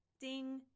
ding